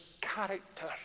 character